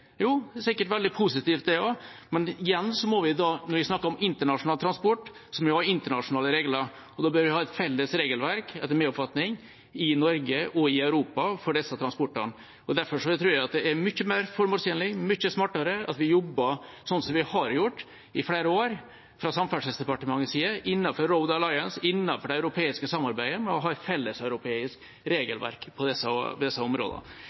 Jo, det er sikkert veldig positivt, det også, men igjen må vi, når vi snakker om internasjonal transport, ha internasjonale regler, og da bør vi – etter min oppfatning – ha et felles regelverk i Norge og Europa for disse transportene. Derfor tror jeg det er mye mer formålstjenlig, mye smartere, at vi jobber sånn som vi har gjort i flere år fra Samferdselsdepartementets side, innenfor Road Alliance, innenfor det europeiske samarbeidet, med å ha et felles europeisk regelverk på disse områdene.